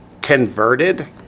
converted